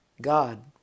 God